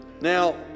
Now